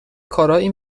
کارایی